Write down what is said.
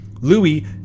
Louis